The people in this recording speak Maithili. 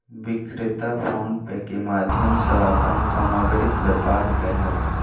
विक्रेता फ़ोन पे के माध्यम सॅ अपन सामग्रीक व्यापार कयलक